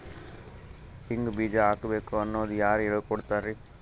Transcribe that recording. ಹಿಂಗ್ ಬೀಜ ಹಾಕ್ಬೇಕು ಅನ್ನೋದು ಯಾರ್ ಹೇಳ್ಕೊಡ್ತಾರಿ?